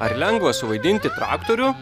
ar lengva suvaidinti traktorių